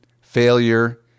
failure